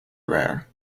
rare